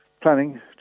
planning